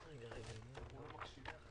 בהחלט רואים 99%